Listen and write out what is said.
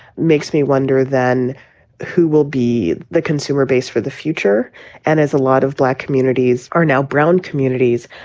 makes me wonder then who will be the consumer base for the future. and as a lot of black communities are now brown communities.